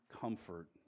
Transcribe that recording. comfort